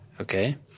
okay